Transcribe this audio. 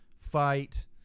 fight